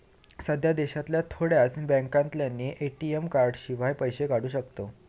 सध्या देशांतल्या थोड्याच बॅन्कांतल्यानी ए.टी.एम कार्डशिवाय पैशे काढू शकताव